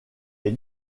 est